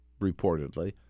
reportedly